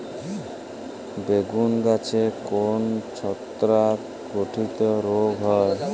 বেগুন গাছে কোন ছত্রাক ঘটিত রোগ হয়?